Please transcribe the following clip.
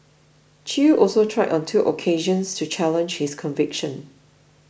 Chew also tried on two occasions to challenge his conviction